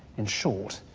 in short,